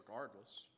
regardless